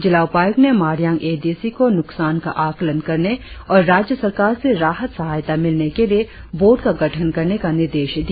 जिला उपायुक्त ने मारियांग ए डी सी को नुकसान का आकलन करने और राज्य सरकार से राहत सहायता मिलने के लिए बोर्ड का गठन करने का निर्देश दिया